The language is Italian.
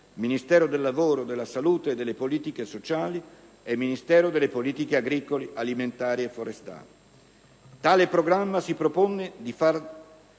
Ministero del lavoro, della salute e delle politiche sociali e il Ministero delle politiche agricole, alimentari e forestali. Tale programma si propone di far